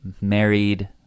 married